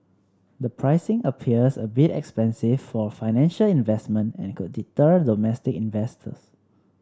the pricing appears a bit expensive for a financial investment and could deter domestic investors